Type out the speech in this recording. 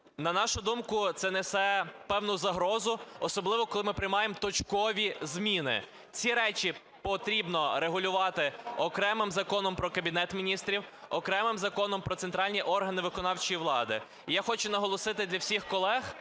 На нашу думку, це несе певну загрозу, особливо коли ми приймаємо точкові зміни. Ці речі потрібно регулювати окремим Законом про Кабінет Міністрів, окремим Законом про центральні органи виконавчої влади. І я хочу наголосити для всіх колег,